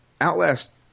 Outlast